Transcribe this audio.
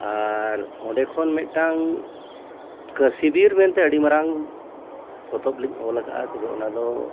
ᱟᱨ ᱚᱸᱰᱮ ᱠᱷᱚᱱ ᱢᱤᱫᱴᱟᱝ ᱠᱟᱹᱥᱤᱵᱤᱨ ᱢᱮᱱᱛᱮ ᱟᱹᱰᱤ ᱢᱟᱨᱟᱝ ᱯᱚᱛᱚᱵ ᱞᱤᱧ ᱚᱞ ᱟᱠᱟᱫᱼᱟ ᱛᱚᱵᱮ ᱚᱱᱟ ᱫᱚ